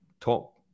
top